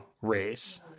race